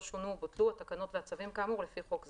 שונו או בוטלו התקנות והצווים כאמור לפי חוק זה.